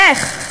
איך?